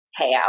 payout